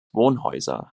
wohnhäuser